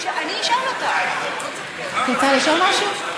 את רוצה לשאול משהו?